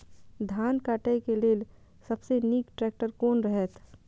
धान काटय के लेल सबसे नीक ट्रैक्टर कोन रहैत?